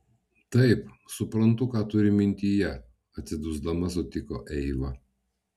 taip suprantu ką turi mintyje atsidusdama sutiko eiva